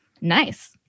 nice